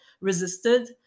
resisted